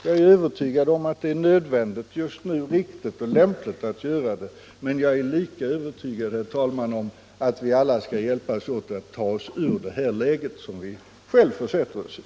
Jag är övertygad om att det är nödvändigt, riktigt och lämpligt att göra det just nu, men jag är lika övertygad om, herr talman, att vi alla skall hjälpas åt att ta oss ur det läge som vi själva försätter oss i.